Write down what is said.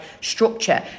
structure